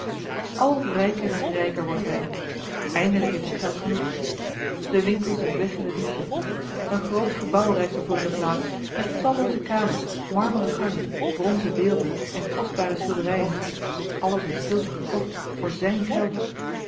rijker en rijker wordt hij eindelijk heeft hij geld genoeg de winkel zinkt weg in de diepte een groot gebouw rijst er voor in de plaats met tallooze kamers marmeren gangen bronzen beelden en kostbare schilderijen alles in stilte gekocht voor zijn geld